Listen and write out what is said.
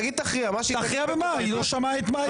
די כבר עם ההצגה, העם לא מאמין לכם.